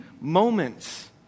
moments